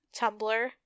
Tumblr